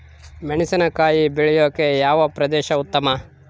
ಮೆಣಸಿನಕಾಯಿ ಬೆಳೆಯೊಕೆ ಯಾವ ಪ್ರದೇಶ ಉತ್ತಮ?